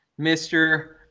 Mr